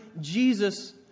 Jesus